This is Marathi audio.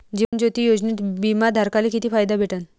जीवन ज्योती योजनेत बिमा धारकाले किती फायदा भेटन?